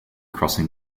crossing